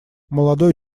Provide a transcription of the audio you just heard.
молодой